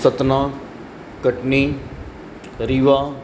Satna Katni Rewa